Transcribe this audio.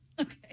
Okay